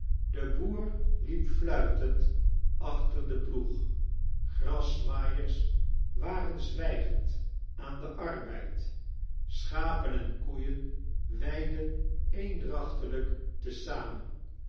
de boer liep fluitend achter den ploeg grasmaaiers waren zwij gend aan den arbeid schapen en koeien weidden eendrachtelijk te za